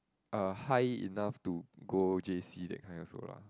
uh high enough to go J_C that kind also lah